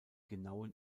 genauen